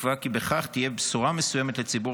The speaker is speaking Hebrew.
בתקווה כי בכך תהיה בשורה מסוימת לציבור